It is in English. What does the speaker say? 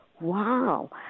wow